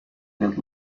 with